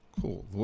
Cool